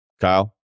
Kyle